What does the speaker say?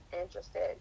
interested